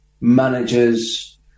managers